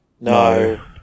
No